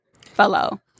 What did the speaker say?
fellow